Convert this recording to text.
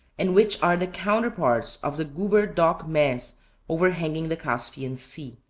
and which are the counterparts of the gueber dokh mehs overhanging the caspian sea.